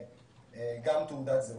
גם תעודת זהות.